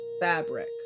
fabric